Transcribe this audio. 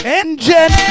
engine